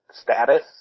status